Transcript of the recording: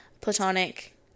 platonic